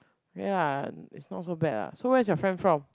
ya lah it's not so bad lah so where is your friend from